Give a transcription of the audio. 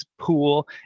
pool